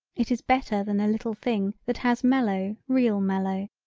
it is better than a little thing that has mellow real mellow.